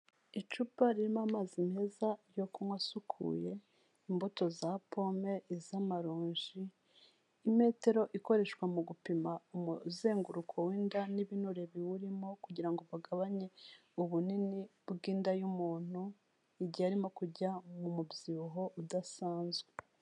Icupa ririmo amazi meza yo kunywa asukuye, imbuto za pome, iz'amaronji, imetero ikoreshwa mu gupima umuzenguruko w'inda n'ibinure biwurimo kugira ngo bagabanye ubunini bw'inda y'umuntu igihe arimo kujya mu mubyibuho udasanzwe.